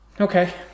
Okay